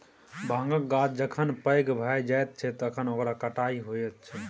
भाँगक गाछ जखन पैघ भए जाइत छै तखन ओकर कटाई होइत छै